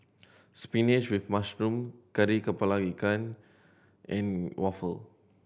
spinach with mushroom Kari Kepala Ikan and waffle